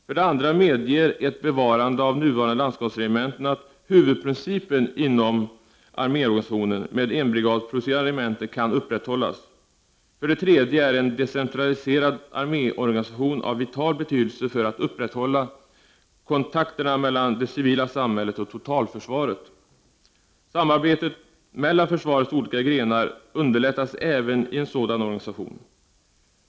För det andra medger ett bevarande av nuvarande landskapsregementen att huvudprincipen inom arméorganisationen med enbrigadsproducerande regementen kan upprätthållas. För det tredje är en decentraliserad arméorganisation av vital betydelse när det gäller att upprätthålla kontakterna mellan det civila samhället och totalförsvaret. Samarbetet mellan försvarets olika grenar underlättas även i en sådan organisation.